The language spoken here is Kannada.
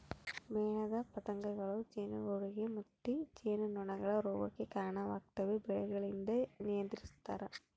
ಮೇಣದ ಪತಂಗಗಳೂ ಜೇನುಗೂಡುಗೆ ಮುತ್ತಿ ಜೇನುನೊಣಗಳ ರೋಗಕ್ಕೆ ಕರಣವಾಗ್ತವೆ ಬೆಳೆಗಳಿಂದ ನಿಯಂತ್ರಿಸ್ತರ